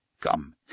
Come